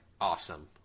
awesome